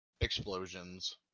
explosions